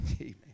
Amen